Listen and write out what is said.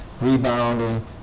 rebounding